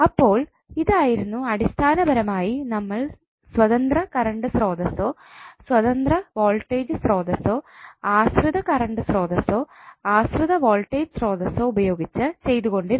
അപ്പോൾ ഇതായിരുന്നു അടിസ്ഥാനപരമായി നമ്മൾ സ്വതന്ത്ര കറണ്ട് സ്രോതസോ സ്വതന്ത്ര വോൾട്ടേജ് സ്രോതസോ ആശ്രിത കറണ്ട് സ്രോതസോ ആശ്രിത വോൾട്ടേജ് സ്രോതസോ ഉപയോഗിച്ച് ചെയ്തുകൊണ്ടിരുന്നത്